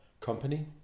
company